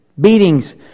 beatings